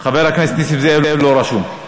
חבר הכנסת נסים זאב לא רשום.